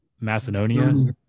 Macedonia